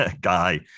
guy